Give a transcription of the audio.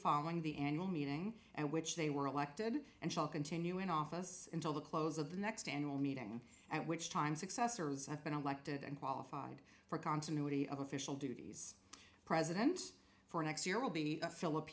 following the annual meeting and which they were elected and shall continue in office until the close of the next annual meeting at which time successors have been elected and qualified for continuity of official duties president for next year will be philip